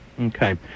Okay